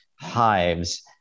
hives